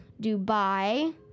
Dubai